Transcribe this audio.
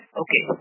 okay